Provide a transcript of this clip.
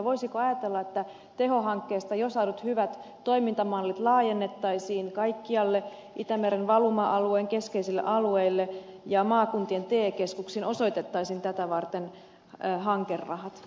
voisiko ajatella että teho hankkeesta jo saadut hyvät toimintamallit laajennettaisiin kaikkialle itämeren valuma alueen keskeisille alueille ja maakuntien te keskuksiin osoitettaisiin tätä varten hankerahat